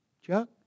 Chuck